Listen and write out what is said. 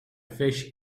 fish